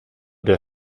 der